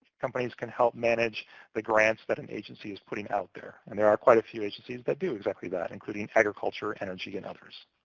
companies can help manage the grants that an agency is putting out there. and there are quite a few agencies that do exactly that, including agriculture, energy, and others.